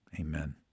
Amen